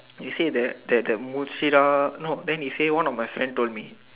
you say that that Mushirah no then he say one of my friend told me